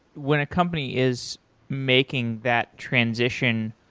when a company is making that transition,